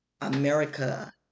America